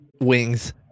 wings